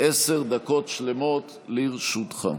עשר דקות שלמות לרשותך.